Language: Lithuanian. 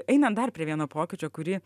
einam dar prie vieno pokyčio kurį